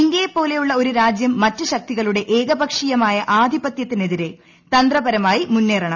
ഇന്ത്യയെപോലുള്ള ഒരു രാജ്യം മറ്റ് ശക്തികളുടെ ഏകപക്ഷീയമായ ആധിപത്യത്തിനെതിരെ തന്ത്രപരമായി മുന്നേറണം